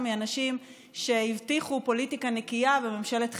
מאנשים שהבטיחו פוליטיקה נקייה וממשלת חירום.